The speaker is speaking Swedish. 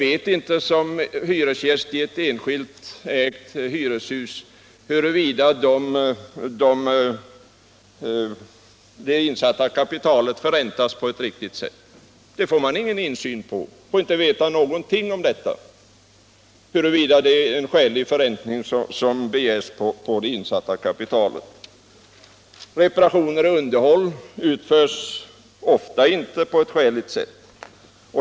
En hyresgäst i ett enskilt ägt hyreshus har ingen insyn i om det är en skälig förräntning som begärs på det insatta kapitalet. Reparationer och underhåll utförs ofta inte på ett skäligt sätt.